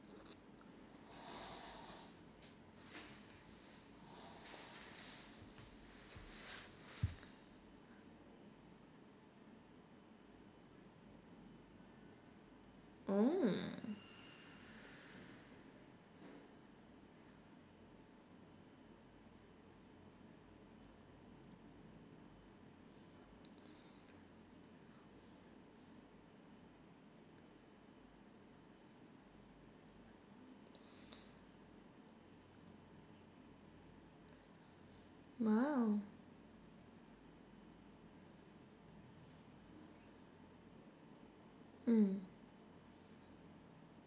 mm !wow! mm